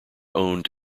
owned